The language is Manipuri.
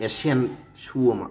ꯑꯦꯁꯤꯌꯥꯟ ꯁꯨ ꯑꯃ